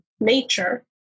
nature